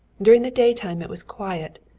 during the daytime it was quiet,